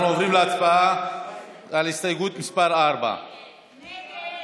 אנחנו עוברים להצבעה על הסתייגות מס' 4. ההסתייגות (4)